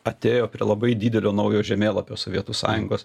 atėjo prie labai didelio naujo žemėlapio sovietų sąjungos